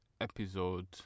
episode